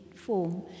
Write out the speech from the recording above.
form